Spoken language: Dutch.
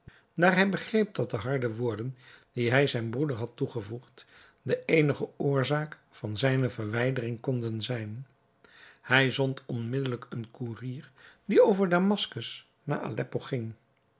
daar hij begreep dat de harde woorden die hij zijn broeder had toegevoegd de eenige oorzaak van zijne verwijdering konden zijn hij zond onmiddelijk een koerier die over damaskus naar aleppo ging